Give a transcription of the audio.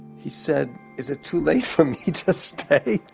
he said, is it too late for me to ah stay.